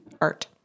art